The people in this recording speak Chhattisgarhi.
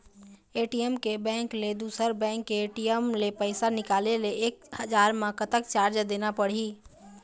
ए.टी.एम के बैंक ले दुसर बैंक के ए.टी.एम ले पैसा निकाले ले एक हजार मा कतक चार्ज देना पड़ही?